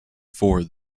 for